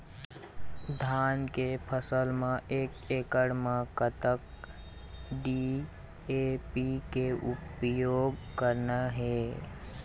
धान के फसल म एक एकड़ म कतक डी.ए.पी के उपयोग करना हे?